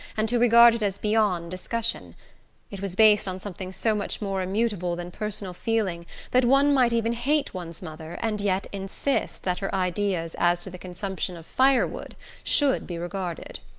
and to regard it as beyond discussion it was based on something so much more immutable than personal feeling that one might even hate one's mother and yet insist that her ideas as to the consumption of fire-wood should be regarded.